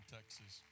Texas